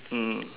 mm